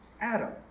Adam